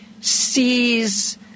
sees